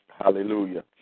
Hallelujah